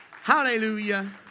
Hallelujah